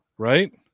Right